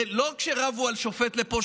לא כשרבו על שופט לפה,